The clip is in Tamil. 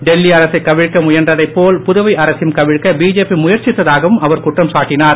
டெல்லி அரசை கவிழ்க்க முயன்றதைப் போல் புதுவை அரசையும் கவிழ்க்க பிஜேபி முயற்சித்ததாகவும் அவர் குற்றம் சாட்டினார்